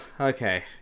Okay